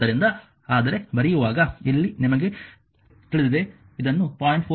ಆದ್ದರಿಂದ ಆದರೆ ಬರೆಯುವಾಗ ಇಲ್ಲಿ ನಿಮಗೆ ತಿಳಿದಿದೆ ಇದನ್ನು 0